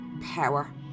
power